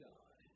God